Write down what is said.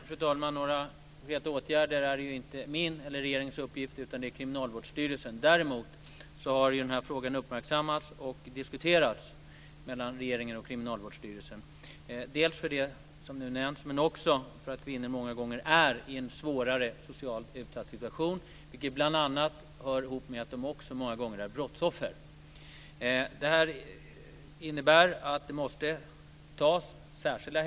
Fru talman! Några konkreta åtgärder är det inte min eller regeringens uppgift att vidta. Det är Kriminalvårdsstyrelsens uppgift. Däremot har denna fråga uppmärksammats och diskuterats i samtal mellan regeringen och Kriminalvårdsstyrelsen. Det har gällt det som nu nämns, men också att kvinnor många gånger är i en svårare och mer utsatt social situation, vilket bl.a. hör ihop med att de många gånger också är brottsoffer.